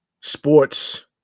sports